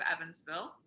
Evansville